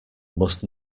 must